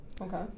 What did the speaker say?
okay